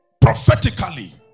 prophetically